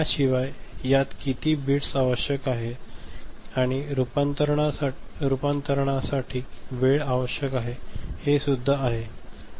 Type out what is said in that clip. त्याशिवाय यात किती बिट्स आवश्यक आहेत आणि रूपांतरणासाठी वेळ आवश्यक आहे हे सुद्धा आहेत